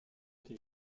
thé